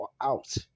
out